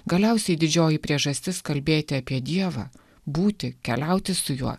galiausiai didžioji priežastis kalbėti apie dievą būti keliauti su juo